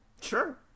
Sure